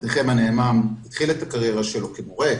עבדכם הנאמן התחיל את הקריירה שלו כמורה,